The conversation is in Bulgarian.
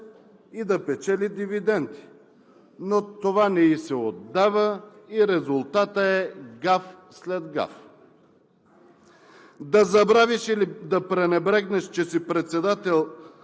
и да печели дивиденти. Това не ѝ се отдава и резултатът е гаф след гаф. Да забравиш или да пренебрегнеш, че си председател на